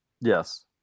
yes